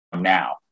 now